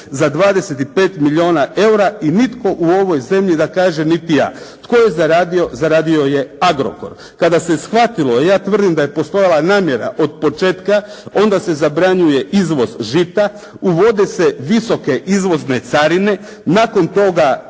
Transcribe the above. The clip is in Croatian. za 25 milijuna EUR-a i nitko u ovoj zemlji da kažem niti «A». Tko je zaradio? Zaradio je Agrokor. Kada se shvatilo. Ja tvrdim da je postojala namjera od početka onda se zabranjuje izvoz žita. Uvode se visoke izvozne carine. Nakon toga